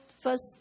first